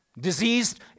Diseased